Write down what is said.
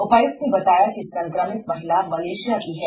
उपायुक्त ने बताया कि संक्रमित महिला मलेषिया की है